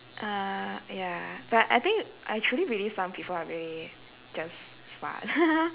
uh ya but I think I truly believe some people are really just smart